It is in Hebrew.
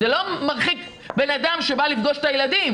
זה לא מרחיק אדם שבא לפגוש את הילדים.